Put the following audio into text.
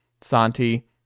Santi